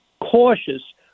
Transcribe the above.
cautious